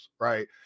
right